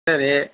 சரி